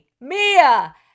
Mia